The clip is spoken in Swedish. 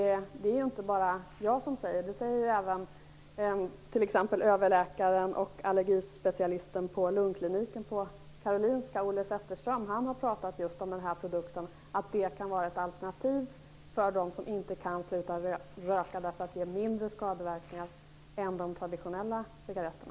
Det är inte bara jag som säger det, utan det säger även t.ex. överläkaren och allergispecialisten på lungkliniken på Karolinska sjukhuset, Olle Zetterström. Han har pratat om en produkt som kan vara ett alternativ för dem som inte kan sluta röka i och med att den ger mindre skadeverkningar än de traditionella cigaretterna.